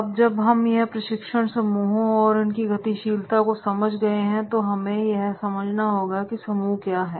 अब जब भी हम प्रशिक्षण समूहों और इसकी गतिशीलता को समझ गए हैं तो पहले हमें यह समझना होगा कि समूह क्या है